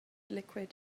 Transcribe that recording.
liquid